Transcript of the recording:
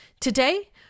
Today